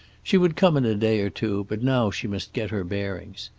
she would come in a day or two, but now she must get her bearings.